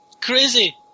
crazy